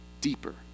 deeper